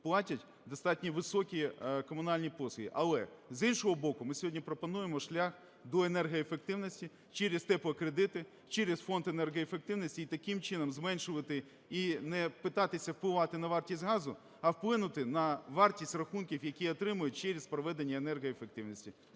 платять достатньо високі комунальні послуги. Але, з іншого боку, ми сьогодні пропонуємо шлях до енергоефективності через "теплі кредити", через Фонд енергоефективності, і таким чином зменшувати і не питатися впливати на вартість газу, а вплинути на вартість рахунків, які отримують через проведення енергоефективності.